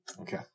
Okay